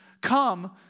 come